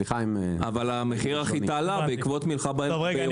סליחה אם אני --- אבל מחיר החיטה עלה בעקבות המלחמה באירופה.